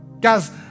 Guys